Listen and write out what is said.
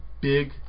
big